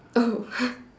oh